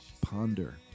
Ponder